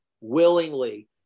willingly